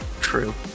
True